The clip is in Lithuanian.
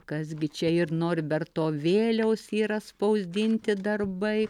kas gi čia ir norberto vėliaus yra spausdinti darbai